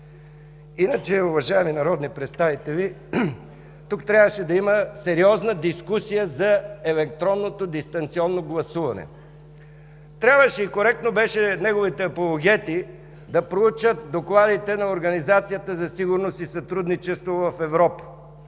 Иначе, уважаеми народни представители, тук трябваше да има сериозна дискусия за електронното дистанционно гласуване. Трябваше и коректно беше неговите апологети да проучат докладите на Организацията за сигурност и сътрудничество в Европа,